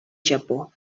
japó